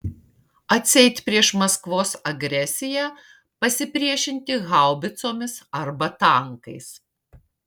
atseit prieš maskvos agresiją pasipriešinti haubicomis arba tankais